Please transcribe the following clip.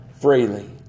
freely